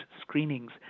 screenings